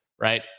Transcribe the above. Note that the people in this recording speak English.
right